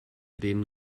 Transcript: den